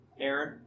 Aaron